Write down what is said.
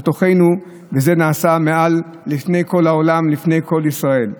על תוכנו, וזה נעשה לפני כל העולם, לפני כל ישראל.